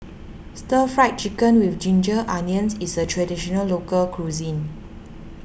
Stir Fry Chicken with Ginger Onions is a Traditional Local Cuisine